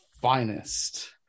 finest